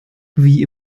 wie